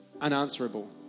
unanswerable